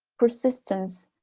persistence,